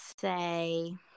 say